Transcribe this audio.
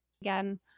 again